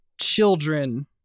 children